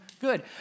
good